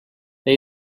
they